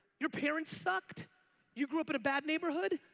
your parents sucked you grew up in a bad neighborhood?